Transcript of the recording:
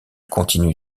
continue